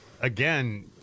again